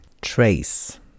trace